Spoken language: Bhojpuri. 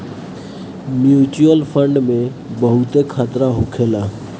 म्यूच्यूअल फंड में बहुते खतरा होखेला